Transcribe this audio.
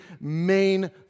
main